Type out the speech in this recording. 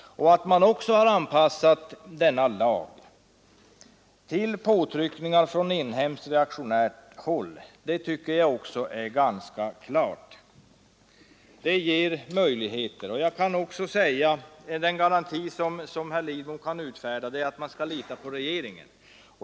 Att man också har försökt anpassa lagen till påtryckningar från inhemskt reaktionärt håll är ganska klart. Den garanti som herr Lidbom kan utfärda är att man skall lita på regeringen.